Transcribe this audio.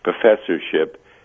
Professorship